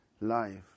life